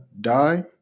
die